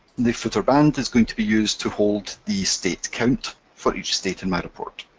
the footer band is going to be used to hold the state count for each state in my report.